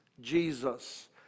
Jesus